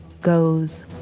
goes